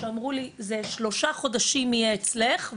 כשאמרו לי זה שלושה חודשים יהיה אצלך,